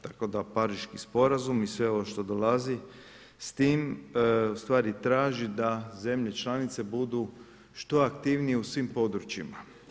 Tako da Pariški sporazum i sve ovo što dolazi s tim, ustvari traži da zemlje članice budu što aktivnije u svim područjima.